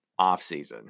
offseason